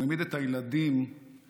הוא העמיד את הילדים במרכז.